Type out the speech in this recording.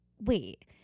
wait